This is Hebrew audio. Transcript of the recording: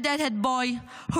redheaded boy,